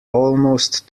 almost